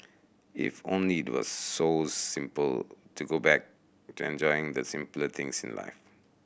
if only the were so simple to go back to enjoying the simpler things in life